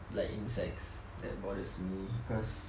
like insects that bothers me cause